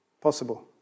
Possible